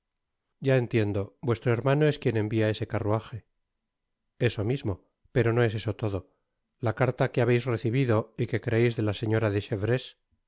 ya entiendo vuestro hermano es quien envia ese carruaje eso mismo pero no es eso todo la carta que habeis recibido y que creeis de la señora de chevreuse